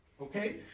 Okay